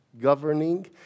governing